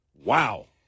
Wow